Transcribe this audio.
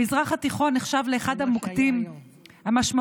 המזרח התיכון נחשב לאחד המוקדים המשמעותיים,